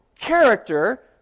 character